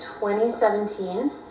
2017